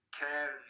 care